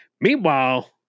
Meanwhile